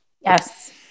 yes